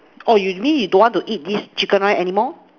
oh you mean you don't want to eat this chicken rice anymore